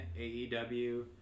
AEW